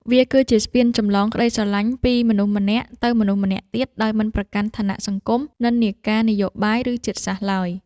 វាគឺជាស្ពានចម្លងក្ដីស្រឡាញ់ពីមនុស្សម្នាក់ទៅមនុស្សម្នាក់ទៀត ដោយមិនប្រកាន់ឋានៈសង្គម និន្នាការនយោបាយ ឬជាតិសាសន៍ឡើយ។